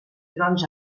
trons